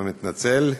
אני מתנצל.